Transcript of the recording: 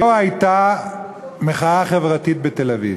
היה הייתה מחאה חברתית בתל-אביב,